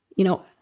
you know,